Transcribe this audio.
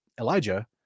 Elijah